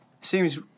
seems